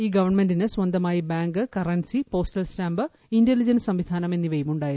ഈ ഗവൺമെന്റിന് സ്വന്തമായി bank currency postal stamp intelligence സംവിധാനം എന്നിവയും ഉണ്ടായിരുന്നു